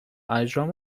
اجرام